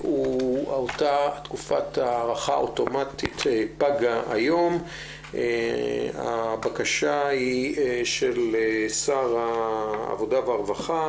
תקופת ההארכה האוטומטית פגה היום והבקשה היא של שר העבודה והרווחה,